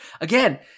Again